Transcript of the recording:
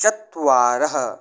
चत्वारः